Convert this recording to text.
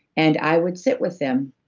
and i would sit with them,